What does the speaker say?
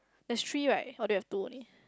there's three right or there have two only